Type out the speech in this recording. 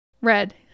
Red